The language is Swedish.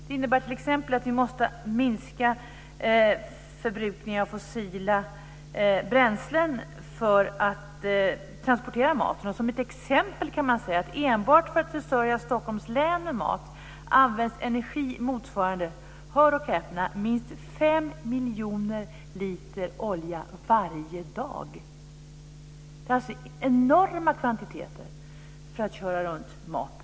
Det innebär t.ex. att vi måste minska förbrukningen av fossila bränslen för att transportera maten. Som ett exempel kan jag säga att det enbart för att försörja Stockholms län med mat används energi motsvarande - hör och häpna - minst 5 miljoner liter olja varje dag. Det är alltså enorma kvantiteter som krävs för att köra runt maten.